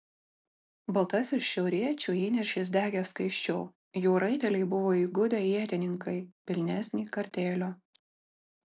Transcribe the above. baltasis šiauriečių įniršis degė skaisčiau jų raiteliai buvo įgudę ietininkai pilnesnį kartėlio